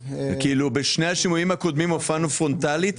בשני השימועים הקודמים הופענו פרונטלית.